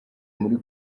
muri